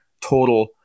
total